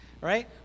right